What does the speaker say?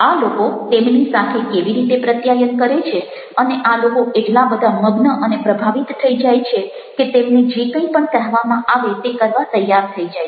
આ લોકો તેમની સાથે કેવી રીતે પ્રત્યાયન કરે છે અને આ લોકો એટલા બધા મગ્ન અને પ્રભાવિત થઈ જાય છે કે તેમને જે કંઈ પણ કહેવામાં આવે તે કરવા તૈયાર થઈ જાય છે